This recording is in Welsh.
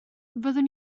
fyddwn